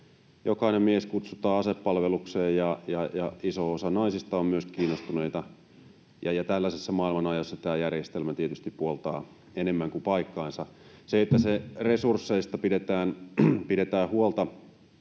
jokainen mies kutsutaan asepalvelukseen, ja myös iso osa naisista on kiinnostuneita. Tällaisessa maailmanajassa tämä järjestelmä tietysti enemmän kuin puoltaa paikkaansa. Sillä, että resursseista pidetään huolta,